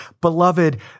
Beloved